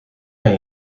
kan